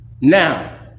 now